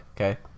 okay